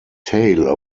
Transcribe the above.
tail